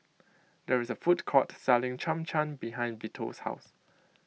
there is a food court selling Cham Cham behind Vito's house